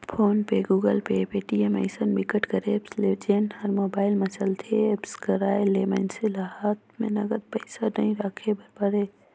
phone पे, Google Pay, Paytm अइसन बिकट कर ऐप हे जेन ह मोबाईल म चलथे ए एप्स कर आए ले मइनसे ल हात म नगद पइसा नइ राखे बर परय